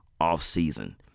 offseason